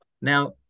Now